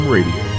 Radio